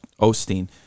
osteen